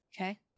Okay